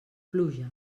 pluja